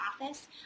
office